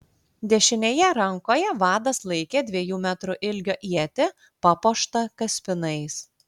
dešinėje rankoje vadas laikė dviejų metrų ilgio ietį papuoštą kaspinais